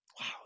Wow